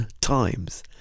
times